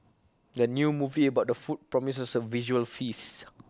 the new movie about the food promises A visual feast